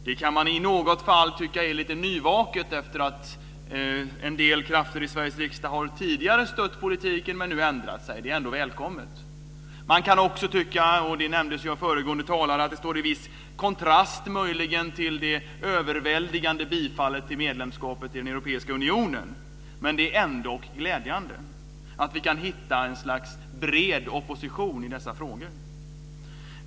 Det kan man i något fall tycka är lite nyvaket efter det att en del krafter i Sveriges riksdag tidigare har stött politiken men nu ändrat sig. Men det är ändå välkommet. Man kan också tycka - och det nämndes av föregående talare - att det möjligen står i viss kontrast till det överväldigande bifallet till medlemskapet i den europeiska unionen. Men det är ändock glädjande att vi kan hitta ett slags bred opposition i dessa frågor.